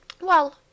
Well